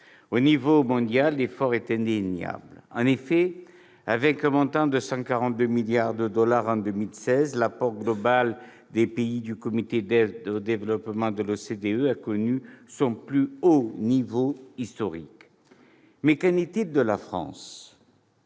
Au niveau mondial, l'effort est indéniable. En effet, avec un montant de 142 milliards de dollars en 2016, l'apport global des pays du comité d'aide au développement de l'OCDE a connu son plus haut niveau historique. Mais qu'en est-il de la France ?